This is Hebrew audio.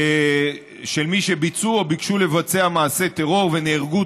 של מי שביצעו או ביקשו לבצע מעשה טרור ונהרגו